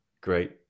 great